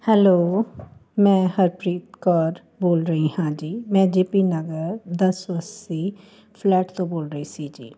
hello ਮੈਂ ਹਰਪ੍ਰੀਤ ਕੌਰ ਬੋਲ ਰਹੀ ਹਾਂ ਜੀ ਮੈਂ ਜੇ ਪੀ ਨਗਰ ਦਸ ਸੌ ਅੱਸੀ ਫਲੈਟ ਤੋਂ ਬੋਲ ਰਹੀ ਸੀ ਜੀ